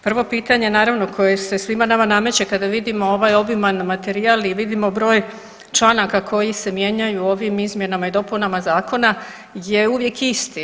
Prvo pitanje naravno koje se svima nama nameće kada vidimo ovaj obiman materijal i vidimo broj članaka koji se mijenjaju ovim izmjenama i dopunama zakona je uvijek isti.